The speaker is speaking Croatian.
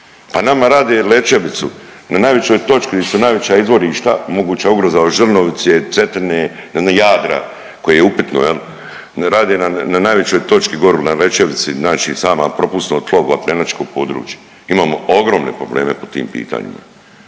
Pa nama rade Lećevicu na najvišoj točki di su najviša izvorišta, moguća ugroza od Žrnovice, Cetine, Jadra koje je upitno jel. Rade na najvećoj točki gore na Lećevici znači sama propusno tlo, vapnenačko područje. Imamo ogromne probleme po tim pitanjima.